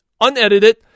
unedited